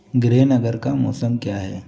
गृह नगर का मौसम क्या है